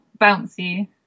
bouncy